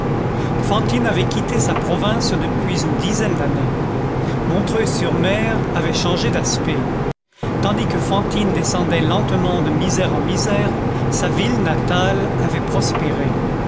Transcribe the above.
fantine avait quitté sa province depuis une dizaine d'années montreuil sur mer avait changé d'aspect tandis que fantine descendait lentement de misère en misère sa ville natale avait prospéré